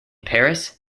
paris